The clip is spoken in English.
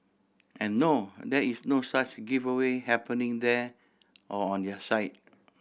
and no there is no such giveaway happening there or on their site